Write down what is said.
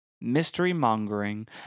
mystery-mongering